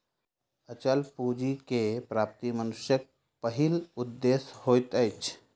अचल पूंजी के प्राप्ति मनुष्यक पहिल उदेश्य होइत अछि